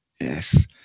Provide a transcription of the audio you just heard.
Yes